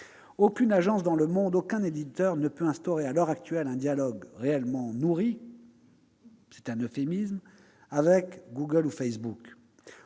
Aucune agence dans le monde, aucun éditeur, ne peut instaurer à l'heure actuelle un dialogue réellement nourri- c'est un euphémisme -avec Google ou Facebook.